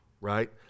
right